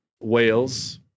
Wales